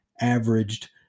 averaged –